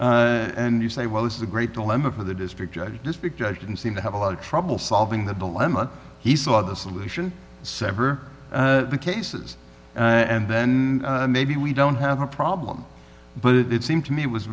trial and you say well this is a great dilemma for the district judge this big judge didn't seem to have a lot of trouble solving the dilemma he saw the solution sever cases and then maybe we don't have a problem but it did seem to me it was